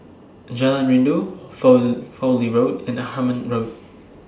Jalan Rindu Fowlie Road and Hemmant Road